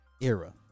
era